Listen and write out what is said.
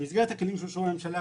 במסגרת הכלים שאושרו בממשלה,